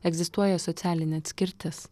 egzistuoja socialinė atskirtis